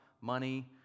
money